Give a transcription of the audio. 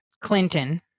Clinton